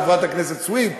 חברת הכנסת סויד,